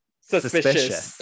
Suspicious